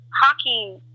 hockey